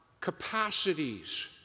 capacities